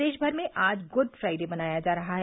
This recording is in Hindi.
प्रदेश भर में आज गुड फाईडे मनाया जा रहा है